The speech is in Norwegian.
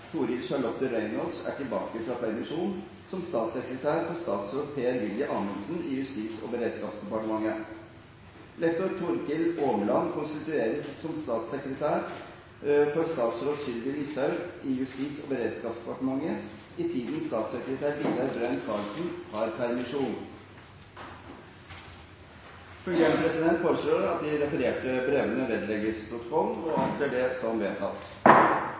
Toril Charlotte Reynolds er tilbake fra permisjon, som statssekretær for statsråd Per-Willy Amundsen i Justis- og beredskapsdepartementet. Lektor Torkil Åmland konstitueres som statssekretær for statsråd Sylvi Listhaug i Justis- og beredskapsdepartementet i den tiden statssekretær Vidar Brein-Karlsen har permisjon.» Fungerende president foreslår at de refererte brevene vedlegges protokollen – og anser det som vedtatt.